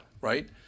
Right